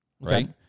right